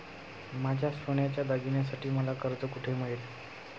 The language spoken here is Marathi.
माझ्या सोन्याच्या दागिन्यांसाठी मला कर्ज कुठे मिळेल?